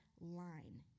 line